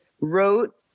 wrote